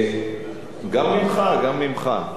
גם ממך, גם ממך.